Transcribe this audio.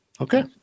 Okay